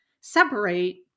separate